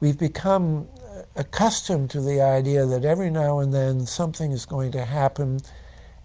we've become accustomed to the idea that every now and then. something is going to happen